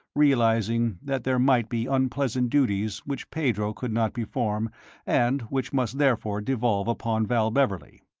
realizing that there might be unpleasant duties which pedro could not perform, and which must therefore devolve upon val beverley.